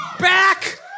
back